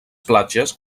platges